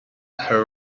her